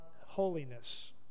holiness